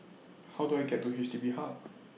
How Do I get to H D B Hub